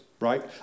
right